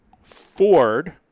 Ford